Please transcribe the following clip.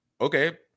okay